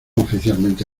oficialmente